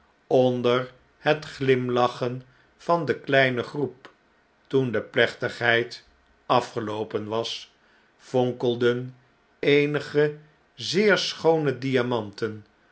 onder het glimlachen van de kleine groep toen de plechtigheid afgeloopen was vonkelden eenige zeer schoone